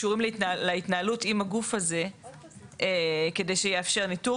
שקשורים להתנהלות עם הגוף הזה כדי שיאפשר ניטור